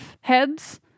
heads